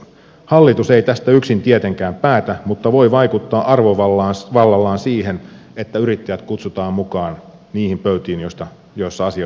hallitus ei tästä yksin tietenkään päätä mutta voi vaikuttaa arvovallallaan siihen että yrittäjät kutsutaan mukaan niihin pöytiin joissa asioista keskustellaan